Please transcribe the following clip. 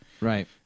Right